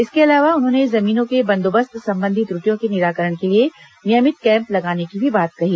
इसके अलावा उन्होंने जमीनों को बंदोबस्त संबंधी त्रटियों के निराकरण के लिए नियमित कैम्प लगाने की भी बात कही